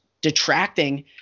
detracting